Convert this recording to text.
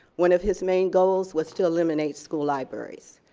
one of his main goals was to eliminate school libraries.